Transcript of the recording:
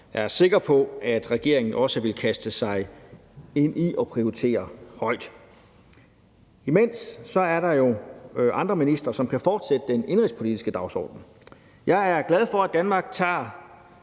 er sikker på at regeringen også vil kaste sig ind i og prioritere højt. Imens er der jo andre ministre, som kan fortsætte den indenrigspolitiske dagsorden. Jeg er glad for, at Danmark tager